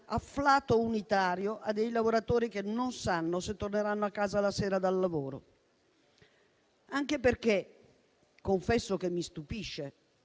afflato unitario a dei lavoratori che non sanno se torneranno a casa la sera dal lavoro. Anche perché - confesso che mi stupisce